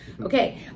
Okay